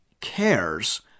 cares